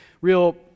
real